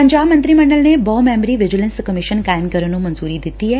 ਪੰਜਾਬ ਮੰਤਰੀ ਮੰਡਲ ਨੇ ਬਹੁ ਮੈਬਰੀ ਵਿਜੀਲੈਸ ਕਮਿਸ਼ਨ ਕਾਇਮ ਕਰਨ ਨੂੰ ਮਨਜੁਰੀ ਦਿੱਤੀ ਐ